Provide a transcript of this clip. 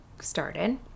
started